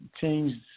changed